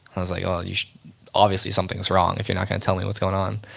i was like, oh obviously something's wrong if you're not gonna tell me what's going on.